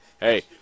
hey